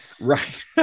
Right